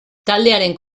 taldearen